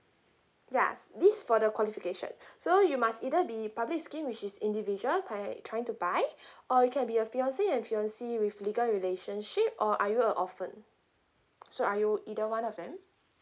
ya list for the qualification so you must either be public scheme which is individual try trying to buy or you can be a fiance and fiancee with legal relationship or are you a orphan so are you either one of them